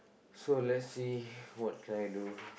so let's see what can I do